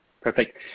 perfect